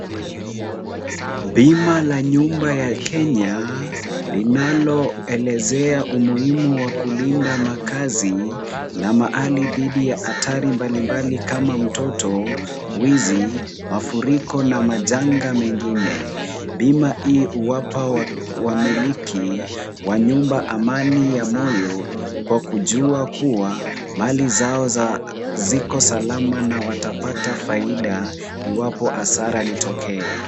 Bima la nyumba ya Kenya linaloelezea umuhimu wa kulinda makazi na mali dhidi ya hatari mbalimbali kama mtoto, wizi, mafuriko na majanga mengine. Bima hii huwapa wamiliki wa nyumba amani ya moyo kwa kujua kuwa mali zao ziko salama na watapata faida iwapo hasara litokee.